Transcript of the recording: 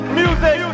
music